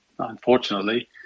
Unfortunately